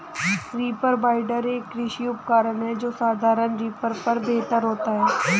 reaper binder, एक कृषि उपकरण है जो साधारण रीपर पर बेहतर होता है